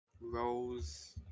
rose